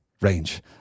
range